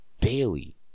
Daily